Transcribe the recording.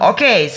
Okay